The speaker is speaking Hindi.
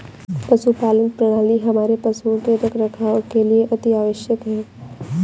पशुपालन प्रणाली हमारे पशुओं के रखरखाव के लिए अति आवश्यक है